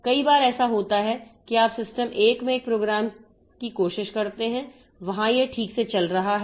कई बार ऐसा होता है कि आप सिस्टम 1 में एक प्रोग्राम की कोशिश करते हैं वहां यह ठीक से चल रहा है